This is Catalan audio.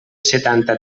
setanta